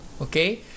Okay